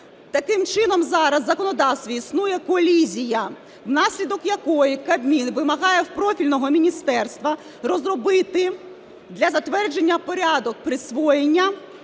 Таким чином зараз в законодавстві існує колізія, внаслідок якої Кабмін вимагає у профільного міністерства розробити для затвердження порядок присвоєння